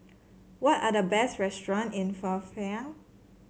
what are the best restaurant in Phnom